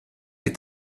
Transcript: est